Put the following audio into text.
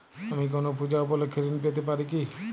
আমি কোনো পূজা উপলক্ষ্যে ঋন পেতে পারি কি?